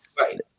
right